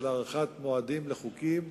של הארכת מועדים לחוקים,